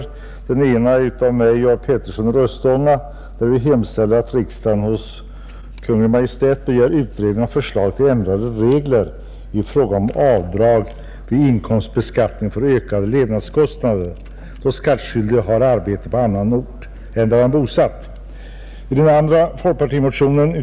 I den ena motionen, av mig och herr Petersson i Röstånga, hemställer vi att riksdagen hos Kungl. Maj:t begär utredning och förslag till ändrade regler i fråga om avdrag vid inkomstbeskattningen för ökade levnadskostnader, då skattskyldig har arbete på annan ort än där han är bosatt.